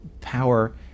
power